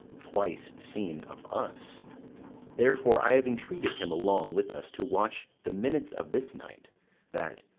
twice seen of us therefore i have entreated him along with us to watch the minutes of this night that,